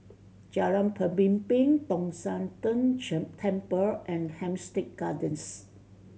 Jalan Pemimpin Tong Sian Tng Chen Temple and Hampstead Gardens